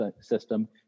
system